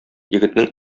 егетнең